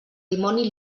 dimoni